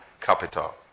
capital